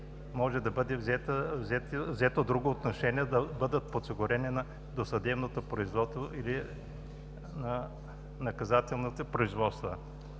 може да бъде взето друго отношение да бъдат подсигурени на досъдебното производство или на наказателните производства.